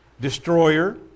Destroyer